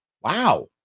Wow